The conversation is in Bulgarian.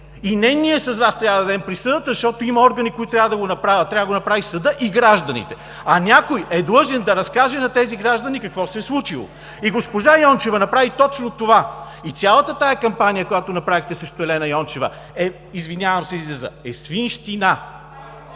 и не ние с Вас трябва да дадем присъдата, защото има органи, които трябва да го направят. Трябва да го направи съдът и гражданите, а някой е длъжен да разкаже на тези граждани какво се е случило. Госпожа Йончева направи точно това. Цялата тази кампания, която направихте срещу Елена Йончева, е, извинявам